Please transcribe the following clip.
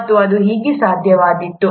ಮತ್ತು ಅದು ಹೇಗೆ ಸಾಧ್ಯವಿತ್ತು